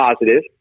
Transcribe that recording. positive